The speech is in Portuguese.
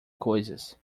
coisas